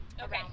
Okay